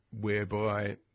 whereby